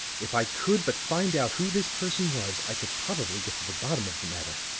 if i could but find out who this person was, i could probably get to the bottom of the matter.